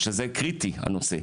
שזה קריטי, הנושא.